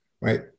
right